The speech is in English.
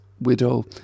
widow